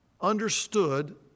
understood